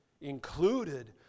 included